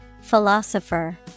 Philosopher